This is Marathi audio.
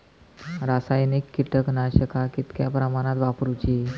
रासायनिक कीटकनाशका कितक्या प्रमाणात वापरूची?